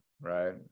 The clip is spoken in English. right